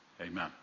Amen